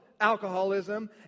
alcoholism